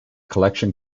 collection